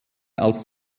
als